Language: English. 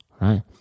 right